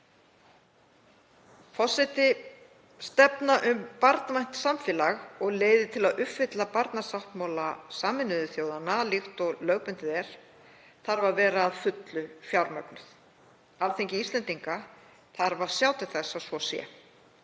Forseti. Stefna um barnvænt samfélag og leiðir til að uppfylla barnasáttmála Sameinuðu þjóðanna, líkt og lögbundið er, þarf að vera að fullu fjármögnuð. Alþingi Íslendinga þarf að sjá til þess að svo sé.